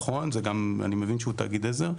נכון, אני מבין שהוא תאגיד עזר,